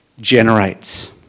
generates